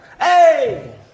Hey